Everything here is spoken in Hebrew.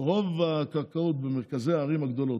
רוב הקרקע במרכזי הערים הגדולות,